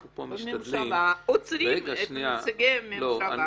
אנחנו פה משתדלים -- בממשלה עוצרים את נציגי הממשלה